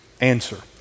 answer